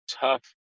tough